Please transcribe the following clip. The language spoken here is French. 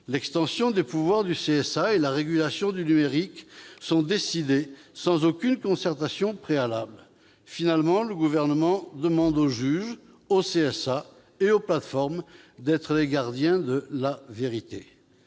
L'extension des pouvoirs du CSA et la régulation du numérique sont décidées sans aucune concertation préalable. Finalement, le Gouvernement demande aux juges, au CSA et aux plateformes d'être les gardiens de la vérité.